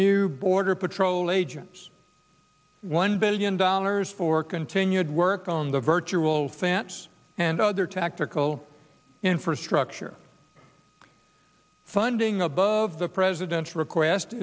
new border patrol agents one billion dollars for continued work on the virtual fence and other tactical infrastructure funding above the president's request